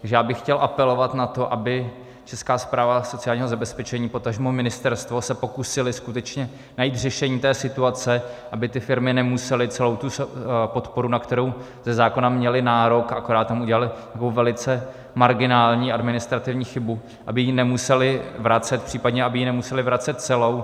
Já bych chtěl apelovat na to, aby Česká správa sociálního zabezpečení, potažmo ministerstvo se pokusily skutečně najít řešení té situace, aby ty firmy nemusely celou tu podporu, na kterou ze zákona měly nárok, akorát tam udělaly velice marginální administrativní chybu, aby ji nemusely vracet, případně aby ji nemusely vracet celou.